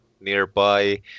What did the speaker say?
nearby